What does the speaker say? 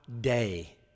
day